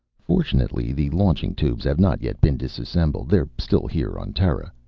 fortunately, the launching tubes have not yet been disassembled. they're still here on terra.